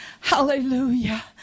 Hallelujah